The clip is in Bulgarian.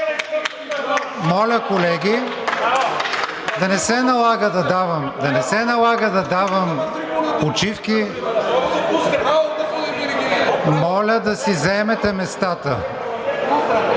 Моля, колеги, да не се налага да давам почивки, моля да си заемете местата!